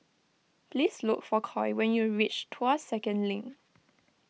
please look for Coy when you reach Tuas Second Link